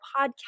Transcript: podcast